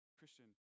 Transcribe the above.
christian